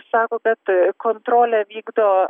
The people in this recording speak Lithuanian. sako kad kontrolę vykdo